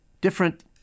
different